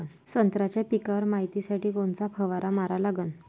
संत्र्याच्या पिकावर मायतीसाठी कोनचा फवारा मारा लागन?